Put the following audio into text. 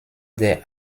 der